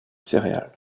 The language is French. céréales